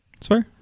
Sorry